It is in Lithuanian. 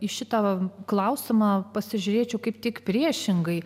į šitą klausimą pasižiūrėčiau kaip tik priešingai